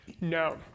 No